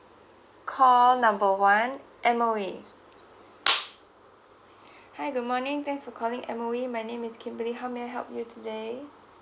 call number one M_O_E hi good morning thanks for calling M_O_E my name is kimberly how may I help you today